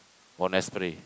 or nesplay